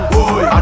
Boy